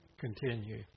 continue